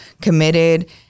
committed